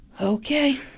okay